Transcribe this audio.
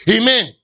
Amen